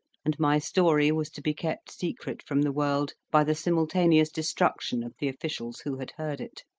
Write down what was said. and my story was to be kept secret from the world by the simultaneous destruction of the officials who had heard it